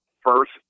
first